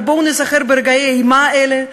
אבל בואו ניזכר ברגעי האימה האלה,